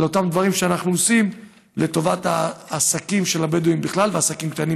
אותם דברים שאנחנו עושים לטובת העסקים של הבדואים בכלל